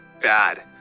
bad